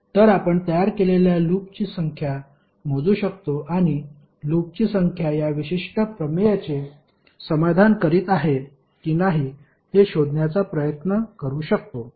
तर आपण तयार केलेल्या लूपची संख्या मोजू शकतो आणि लूपची संख्या या विशिष्ट प्रमेयाचे समाधान करीत आहे की नाही हे शोधण्याचा प्रयत्न करू शकतो